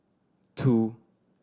two